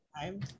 time